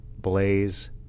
Blaze